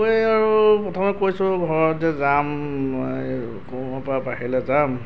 গৈ আৰু প্ৰথমে কৈছো আৰু ঘৰত যে যাম অসমৰ পৰা বাহিৰলৈ যাম